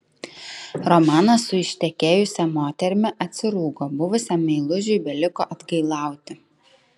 romanas su ištekėjusia moterimi atsirūgo buvusiam meilužiui beliko atgailauti